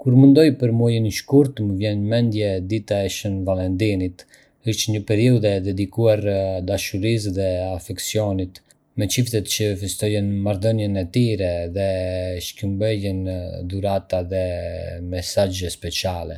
Kur mendoj për muajin shkurt, më vjen në mendje Dita e Shën Valentinit. Është një periudhë e dedikuar dashurisë dhe afeksionit, me çiftet që festojnë marrëdhënien e tyre dhe shkëmbejnë dhurata dhe mesazhe speciale.